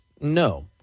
No